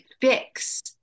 fix